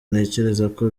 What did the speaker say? ntekerezako